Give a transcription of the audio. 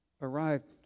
Arrived